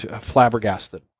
flabbergasted